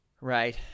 Right